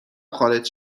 خارج